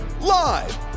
live